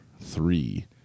three